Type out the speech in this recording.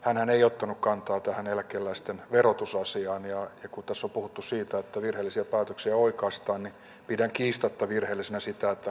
hänen ei ottanut kantaa tähän eläkeläisten verotusasiaan ja joku taso puhuttu siitä että virallisia päätöksiä oikaistaan niin pidän kiistatta virheellisenä sitä että